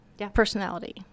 personality